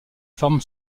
forme